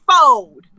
fold